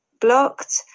blocked